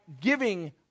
giving